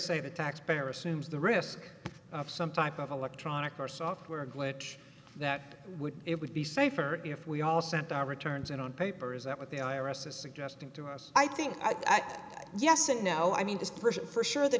say the taxpayer assumes the risk of some type of electronic or software glitch that would it would be safer if we all sent our returns in on paper is that what the i r s is suggesting to us i think i'd yes and no i mean just prefer sure the